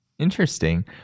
Interesting